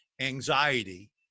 anxiety